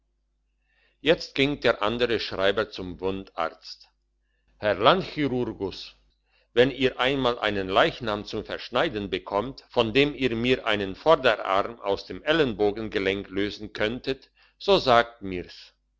jetzt ging der andere schreiber zum wundarzt herr land chirurgus wenn ihr einmal einen leichnam zum verschneiden bekommt von dem ihr mir einen vorderarm aus dem ellenbogengelenk lösen könntet so sagt mir's